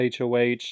HOH